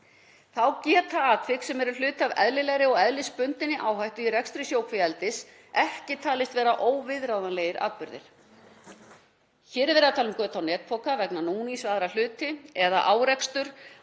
Þá geta atvik sem eru hluti af eðlilegri og eðlisbundinni áhættu í rekstri sjókvíaeldis ekki talist vera óviðráðanlegir atburðir. Hér er verið að tala um göt á netpoka vegna núnings við aðra hluti eða árekstur